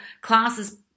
classes